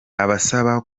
abasaba